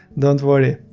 don't worry,